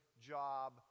job